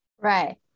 Right